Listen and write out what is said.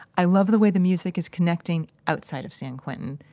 i love the way the music is connecting outside of san quentin.